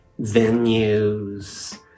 venues